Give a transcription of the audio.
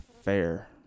fair